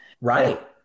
Right